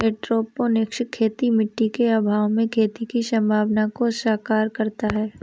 aeroponics खेती मिट्टी के अभाव में खेती की संभावना को साकार करता है